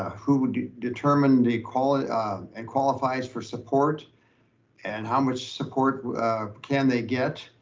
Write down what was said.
who would determine the qualifies and qualifies for support and how much support can they get.